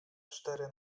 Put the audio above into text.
cztery